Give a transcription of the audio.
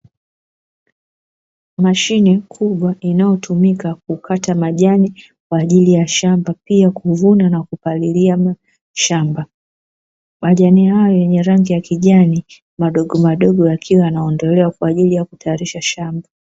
Mashine kubwa inayotumika kukata majani kwaajili ya shamba, pia kuvuna na kupalilia shamba. Majani hayo yenye rangi ya kijani madogomadogo yakiwa yanaondolewa kwaajili ya kutayarisha shamba.